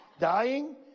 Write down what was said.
Dying